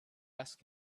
asked